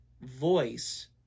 voice